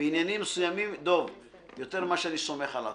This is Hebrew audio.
בעניינים מסוימים יותר מאשר אני סומך על עצמי.